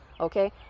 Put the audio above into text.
okay